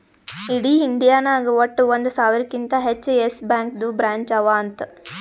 ಇಡೀ ಇಂಡಿಯಾ ನಾಗ್ ವಟ್ಟ ಒಂದ್ ಸಾವಿರಕಿಂತಾ ಹೆಚ್ಚ ಯೆಸ್ ಬ್ಯಾಂಕ್ದು ಬ್ರ್ಯಾಂಚ್ ಅವಾ ಅಂತ್